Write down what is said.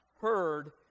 heard